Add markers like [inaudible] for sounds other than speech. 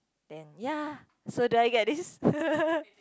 then ya so do I get this [laughs]